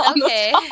okay